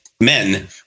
men